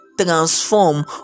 transform